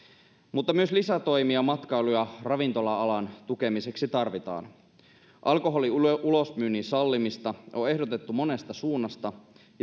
mutta myös lisätoimia matkailu ja ravintola alan tukemiseksi tarvitaan alkoholin ulosmyynnin sallimista on ehdotettu monesta suunnasta ja